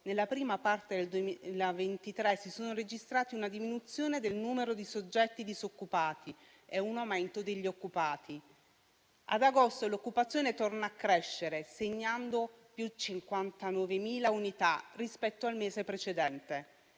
nella prima parte del 2023 si sono registrati una diminuzione del numero di soggetti disoccupati e un aumento degli occupati. Ad agosto l'occupazione torna a crescere, segnando +59.000 unità rispetto al mese precedente.